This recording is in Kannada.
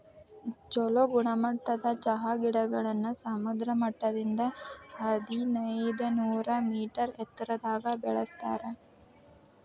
ಚೊಲೋ ಗುಣಮಟ್ಟದ ಚಹಾ ಗಿಡಗಳನ್ನ ಸಮುದ್ರ ಮಟ್ಟದಿಂದ ಹದಿನೈದನೂರ ಮೇಟರ್ ಎತ್ತರದಾಗ ಬೆಳೆಸ್ತಾರ